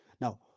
Now